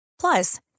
Plus